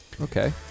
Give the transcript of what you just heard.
okay